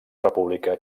república